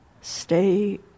stay